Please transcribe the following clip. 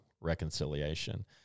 reconciliation